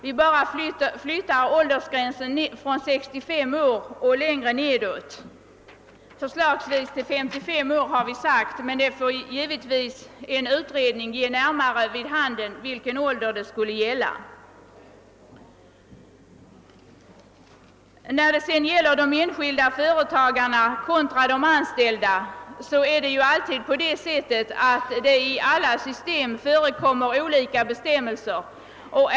Vi flyttar åldersgränsen nedåt från 65 år — förslagsvis till 55 år, har vi sagt, men denna gräns får givetvis en utredning ge närmare besked om. | När det sedan gäller de enskilda företagarna kontra de anställda förekommer det ju i alla system olika bestämmelser.